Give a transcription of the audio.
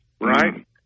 right